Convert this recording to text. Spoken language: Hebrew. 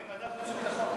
מה עם ועדת חוץ וביטחון?